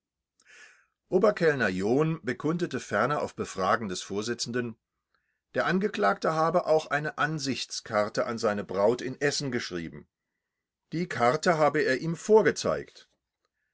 oberkellner john bekundete ferner auf befragen des vorsitzenden der angeklagte habe auch eine ansichtskarte an seine braut in essen geschrieben die karte habe er ihm gezeigt